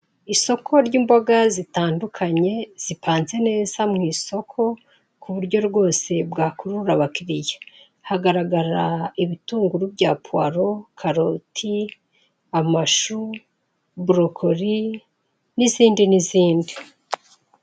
Isoko ry'imboga zitandukanye, zipanze neza mu isoko ku buryo rwose bwakurura abakiriya. Hagaragara ibitunguru bya puwaro, karoti, amashu, borokori n'izindi n'izindi.